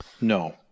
No